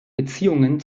beziehungen